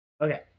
okay